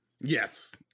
yes